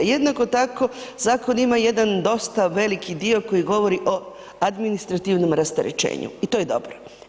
Jednako tako, zakon ima jedan dosta veliki dio koji govori o administrativnom rasterećenju i to je dobro.